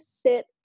sit